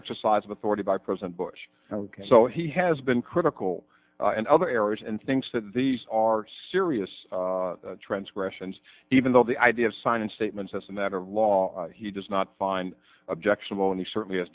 exercise of authority by president bush so he has been critical in other areas and thinks that these are serious transgressions even though the idea of signing statements as a matter of law he does not find objectionable and he certainly has